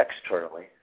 externally